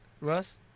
Russ